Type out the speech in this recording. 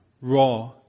raw